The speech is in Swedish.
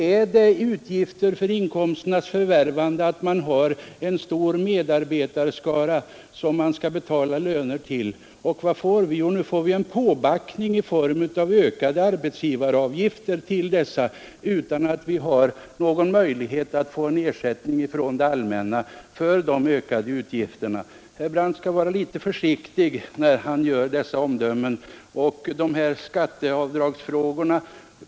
Är det utgifter för inkomsternas förvärvande att man har en stor medarbetarskara som man skall betala löner till och nu får en påbackning i form av ökade arbetsgivaravgifter för dessa utan att ha någon möjlighet att få ersättning från det allmänna för de ökade utgifterna? Herr Brandt skall vara lite försiktig med att avge sådana omdömen som han nyss gjorde.